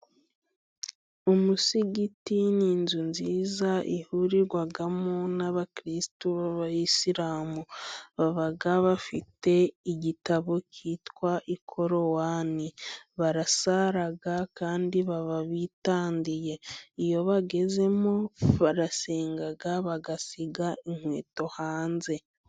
Umusigiti ni inzu nziza ihurirwamo n'abakristu b'abayisilamu baba bafite igitabo cyitwa Ikorowani barasara kandi baba bitandiye ,iyo bagezemo barasenga, bagasiga inkweto hanze.